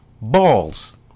Balls